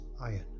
iron